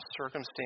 circumstance